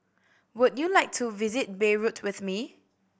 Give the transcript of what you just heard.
would you like to visit Beirut with me